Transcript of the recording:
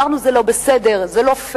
אמרנו: זה לא בסדר, זה לא פייר,